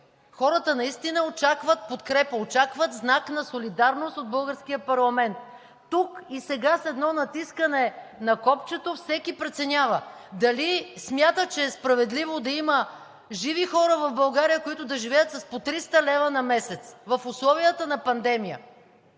Хората наистина очакват подкрепа, очакват знак на солидарност от българския парламент. Тук и сега с едно натискане на копчето всеки преценява дали смята, че е справедливо да има живи хора в България, които да живеят с по 300 лв. на месец в условията на пандемия.